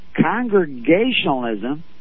congregationalism